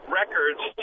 records